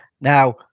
Now